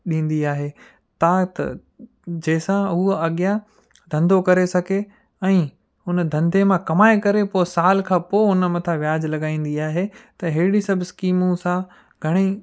ॾींदी आहे तव्हां त जंहिंसां हूअ अॻियां धंधो करे सघे ऐं हुन धंधे मां कमाए करे पोइ साल खां पोइ उन मथां ब्याज लॻाईंदी आहे त अहिड़ी सभु स्कीमू सां घणेई